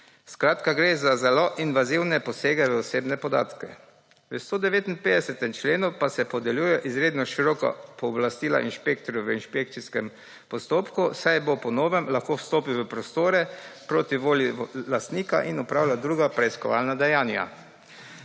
Skratka, gre za zelo invazivne posege v osebne podatke. V 159. členu pa se podeljuje izredno široka pooblastila inšpektorju v inšpekcijskem postopku, saj bo po novem lahko vstopil v prostore proti volji lastnika in opravljal druga preiskovalna dejanja.